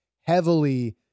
heavily